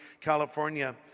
California